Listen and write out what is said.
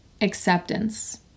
acceptance